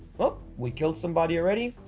oh, we killed somebody already